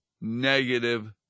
negative